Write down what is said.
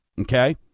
okay